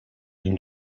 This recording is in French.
une